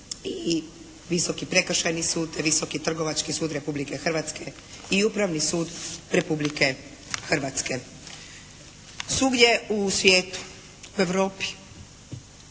i Visoki prekršajni sud, Visoki trgovački sud Republike Hrvatske i Upravni sud Republike Hrvatske. Svugdje u svijetu, u Europi